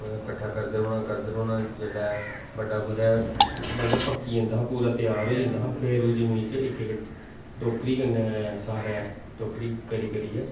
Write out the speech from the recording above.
मतलब गोआ कट्ठा करदा रौंह्ना कट्ठा करदा रौंह्ना जेल्लै बड्डा मतलब कुतै मतलब पक्की जंदा हा पूरा त्यार होई जंदा हा फिर ओह् जमीन च इक इक टोकरी कन्नै सारै टोकरी करी करियै